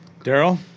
Daryl